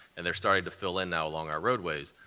and they're starting to fill in now along our roadways,